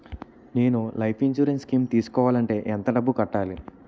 నేను life insurance scheme తీసుకోవాలంటే ఎంత డబ్బు కట్టాలి?